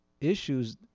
issues